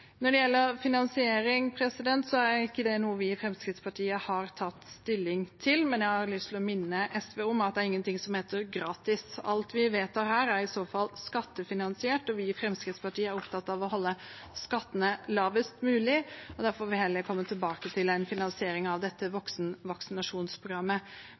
Når det gjelder finansiering, er ikke det noe vi i Fremskrittspartiet har tatt stilling til, men jeg har lyst til å minne SV om at det er ingenting som heter gratis. Alt vi vedtar her, er i så fall skattefinansiert, og vi Fremskrittspartiet er opptatt av å holde skattene lavest mulig. Så vi får heller komme tilbake til en finansiering av